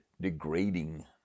degrading